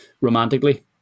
romantically